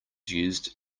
used